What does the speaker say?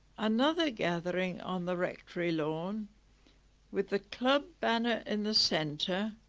another gathering on the rectory lawn with the club banner in the centre.